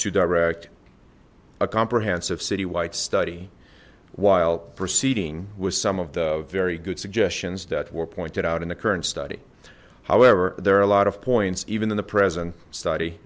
to direct a comprehensive citywide study while proceeding with some of the very good suggestions that were pointed out in the current study however there are a lot of points even in the present study